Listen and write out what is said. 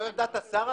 את מביעה את עמדת השר?